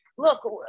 Look